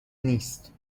نیست